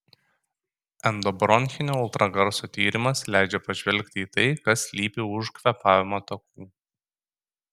endobronchinio ultragarso tyrimas leidžia pažvelgti į tai kas slypi už kvėpavimo takų